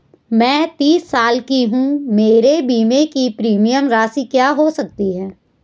मैं तीस साल की हूँ मेरे बीमे की प्रीमियम राशि क्या हो सकती है?